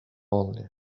only